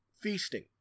feasting